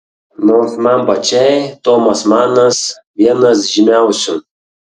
nors man pačiai tomas manas vienas žymiausių